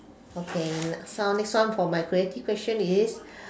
okay so next one for my creative question is